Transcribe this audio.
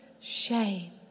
shame